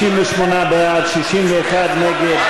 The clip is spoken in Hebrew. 58 בעד, 61 נגד.